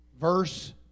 verse